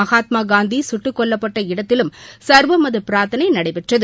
மகாத்மாகாந்தி சுட்டுக் கொல்லப்பட்ட இடத்திலும் சர்வமத பிரார்த்தனை நடைபெற்றது